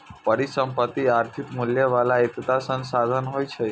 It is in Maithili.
परिसंपत्ति आर्थिक मूल्य बला एकटा संसाधन होइ छै